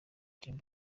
dream